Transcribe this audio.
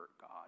God